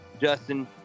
Justin